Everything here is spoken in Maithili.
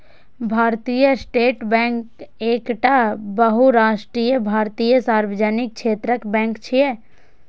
भारतीय स्टेट बैंक एकटा बहुराष्ट्रीय भारतीय सार्वजनिक क्षेत्रक बैंक छियै